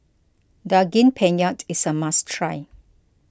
Daging Penyet is a must try